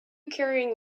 carrying